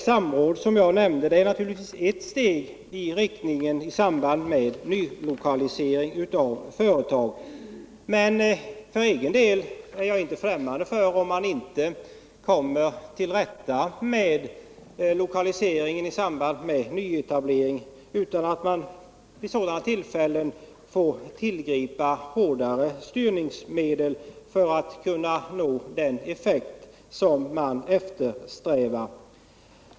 Samråd i samband med nylokalisering av företag är naturligtvis en åtgärd, men om man inte kommer till rätta med problemen på det sättet så är jag för egen del inte främmande för att man vid sådana tillfällen får tillgripa hårdare styrmedel för att nå den effekt som man eftersträvar.